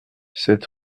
sept